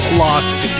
lost